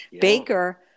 Baker